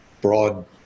broad